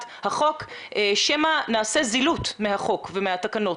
החוק שמא נעשה זילות מהחוק ומהתקנות.